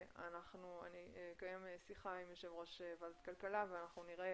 אני אקיים שיחה עם יושב ראש ועדת הכלכלה ואנחנו נראה